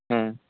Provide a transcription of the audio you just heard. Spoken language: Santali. ᱦᱮᱸ